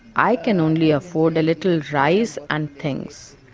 i can only afford a little rice and things.